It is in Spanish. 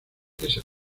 presión